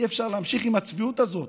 אי-אפשר להמשיך עם הצביעות הזאת,